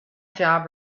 job